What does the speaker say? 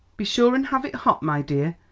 be sure and have it hot, my dear.